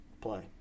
play